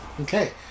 Okay